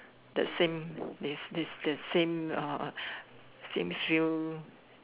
the same the the the same uh same few